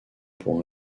pour